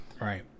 Right